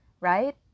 right